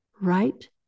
right